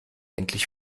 endlich